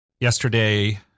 yesterday